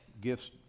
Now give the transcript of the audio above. Gifts